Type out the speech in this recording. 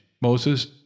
Moses